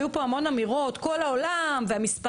היו פה המון אמירות כל העולם והמספרים.